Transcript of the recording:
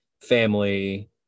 family